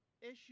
issue